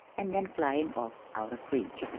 an' then flyin' off out of reach.